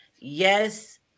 Yes